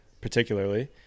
particularly